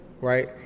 right